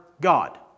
God